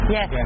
Yes